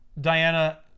Diana